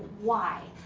why?